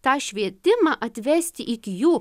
tą švietimą atvesti iki jų